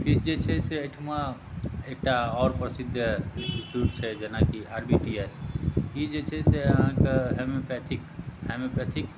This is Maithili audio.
किछु जे छै एहिठमा एकटा आओर प्रसिद्ध इंस्टिट्यूट जेनाकि आर बी टी आइ छै ई जे छै से अहाँकेँ होमियोपैथिक होमियोपैथिक